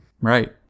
Right